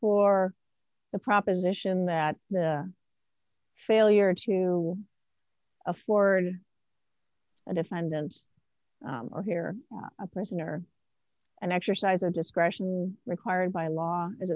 for the proposition that the failure to afford a defendant or here a person or an exercise of discretion required by law is